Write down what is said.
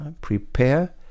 Prepare